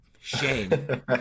Shame